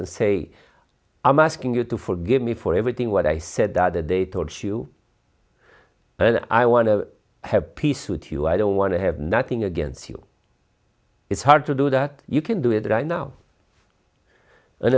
and say i'm asking you to forgive me for everything what i said the other day towards you but i want to have peace with you i don't want to have nothing against you it's hard to do that you can do it right now and